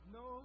no